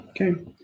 Okay